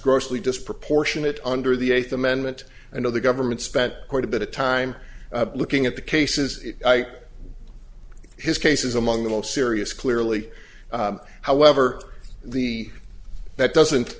grossly disproportionate under the eighth amendment and the government spent quite a bit of time looking at the cases his cases among the most serious clearly however the that doesn't